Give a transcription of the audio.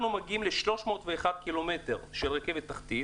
אנחנו מגיעים ל-301 ק"מ של רכבת תחתית.